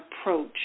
approach